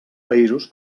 països